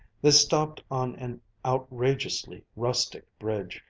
they stopped on an outrageously rustic bridge,